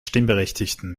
stimmberechtigten